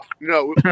no